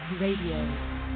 Radio